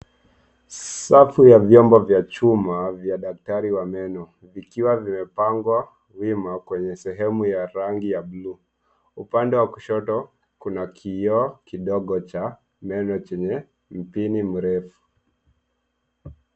Safu ya vyombo vya chuma vya daktari wa meno vikiwa vimepangwa wima kwenye sehemu ya rangi ya bluu. Upande wa kushoto, kuna koo kidogo cha meno chenye mpini mrefu.